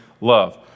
love